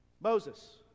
moses